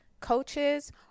Coaches